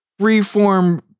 freeform